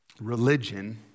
religion